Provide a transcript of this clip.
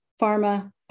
pharma